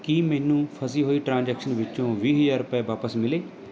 ਕੀ ਮੈਨੂੰ ਫਸੀ ਹੋਈ ਟ੍ਰਾਂਜੈਕਸ਼ਨ ਵਿੱਚੋਂ ਵੀਹ ਹਜ਼ਾਰ ਰੁਪਏ ਵਾਪਸ ਮਿਲੇ